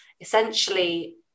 essentially